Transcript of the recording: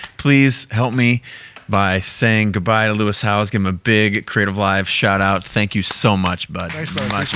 please help me by saying goodbye lewis howes, give him a big creativelive shout out, thank you so much, budm